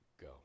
go